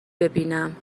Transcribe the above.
ببینم